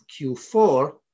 Q4